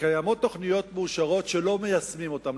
שקיימות תוכניות מאושרות שלא מיישמים אותן,